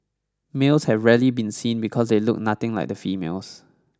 males have rarely been seen because they look nothing like the females